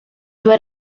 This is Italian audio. due